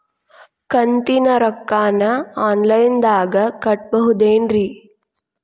ಕಂತಿನ ರೊಕ್ಕನ ಆನ್ಲೈನ್ ದಾಗ ಕಟ್ಟಬಹುದೇನ್ರಿ?